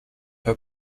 her